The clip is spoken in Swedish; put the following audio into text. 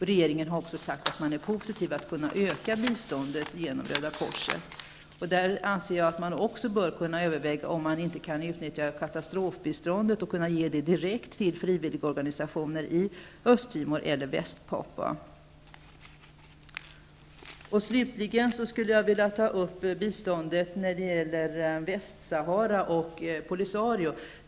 Regeringen har sagt att man är positiv till att kunna öka biståndet genom Röda korset. Jag anser att man bör överväga om man inte kan utnyttja katastrofbiståndet och ge det direkt till frivilligorganisationer i Östtimor och på Slutligen vill jag ta upp frågan om bistånd i Västra Sahara och Polisario.